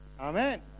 Amen